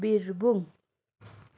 Birbhum